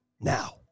now